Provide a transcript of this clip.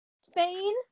Spain